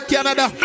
Canada